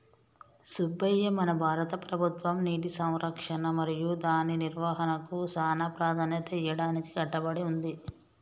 సుబ్బయ్య మన భారత ప్రభుత్వం నీటి సంరక్షణ మరియు దాని నిర్వాహనకు సానా ప్రదాన్యత ఇయ్యడానికి కట్టబడి ఉంది